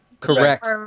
Correct